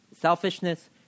Selfishness